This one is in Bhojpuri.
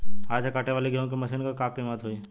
हाथ से कांटेवाली गेहूँ के मशीन क का कीमत होई?